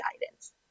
guidance